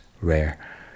rare